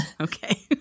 okay